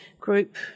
group